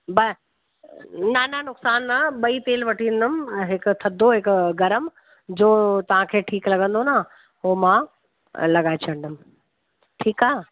बसि न न नुक़सानु न ॿई तेल वठी ईंदमि हिकु थधो हिकु गरम जो तव्हांखे ठीकु लॻंदो न पोइ मां लॻाए छॾिंदमि ठीकु आहे